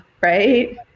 right